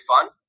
fun